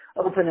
open